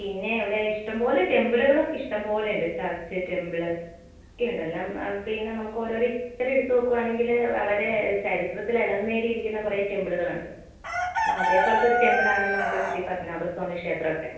പിന്നെ ഇവിടെ ഇഷ്ടംപോലെ ടെമ്പിളുകളൊക്കെ ഇഷ്ടം പോലെ ഉണ്ട് ചർച്ച് ടെമ്പിൾ ഒക്കെയുണ്ട് എല്ലാം പിന്നെ നമുക്ക് ഓരോരോ ഹിസ്റ്ററി എടുത്ത് നോക്കുവാണെങ്കിൽ വളരെ ചരിത്രത്തിൽ ഇടം നേടിയിരിക്കുന്ന കുറേ ടെമ്പിളുകളുണ്ട് അതേപോലെത്തൊരു ടെമ്പിൾ ആണ് നമുക്ക് ശ്രീ പത്മനാഭ സ്വാമി ക്ഷേത്രമൊക്കെ